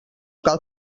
cal